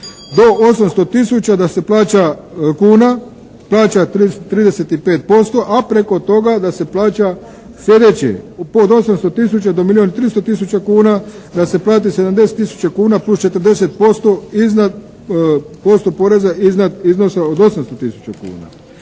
Do 800 000 da se plaća kuna plaća 35% a preko toga da se plaća slijedeće od 800 000 do milijun i tristo tisuća kuna da se plati 70 000 kuna plus 40% iznad, posto poreza iznad iznosa od 800 000 kuna.